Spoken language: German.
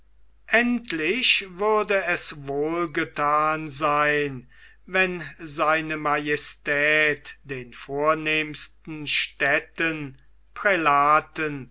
endlich würde es wohlgethan sein wenn se majestät den vornehmsten städten prälaten